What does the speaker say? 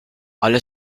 ale